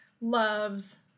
loves